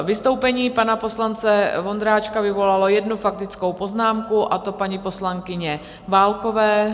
Vystoupení pana poslance Vondráčka vyvolalo jednu faktickou poznámku, a to paní poslankyně Válkové.